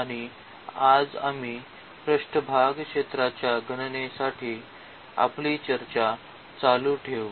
आणि आज आम्ही पृष्ठभाग क्षेत्राच्या गणनेसाठी आपली चर्चा चालू ठेवू